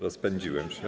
Rozpędziłem się.